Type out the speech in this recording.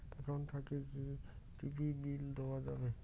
Account থাকি কি TV bill দেওয়া যাবে?